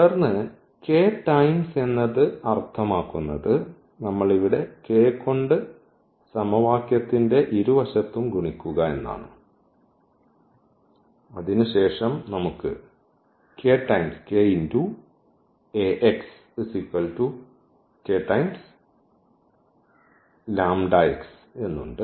തുടർന്ന് k times എന്നത് അർത്ഥമാക്കുന്നത് നമ്മൾ ഇവിടെ k കൊണ്ട് സമവാക്യത്തിന്റെ ഇരുവശത്തും ഗുണിക്കുക എന്നാണ് അതിനുശേഷം നമുക്ക് ഉണ്ട്